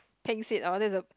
pink seat oh that is